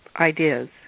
ideas